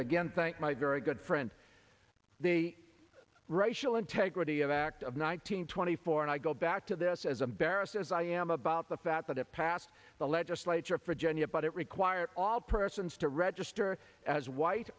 again thank my very good friend the racial integrity of act of nine hundred twenty four and i go back to this as a barest as i am about the fact that it passed the legislature for genya but it required all persons to register as white